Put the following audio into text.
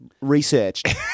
researched